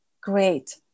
great